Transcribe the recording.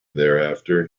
thereafter